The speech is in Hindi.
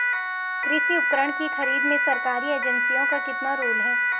कृषि उपकरण की खरीद में सरकारी एजेंसियों का कितना रोल है?